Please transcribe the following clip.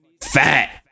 Fat